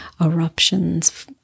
eruptions